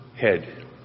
head